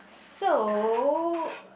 so